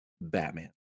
batman